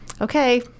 okay